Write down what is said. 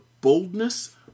boldness